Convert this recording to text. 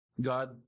God